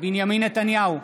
בנימין נתניהו,